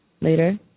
later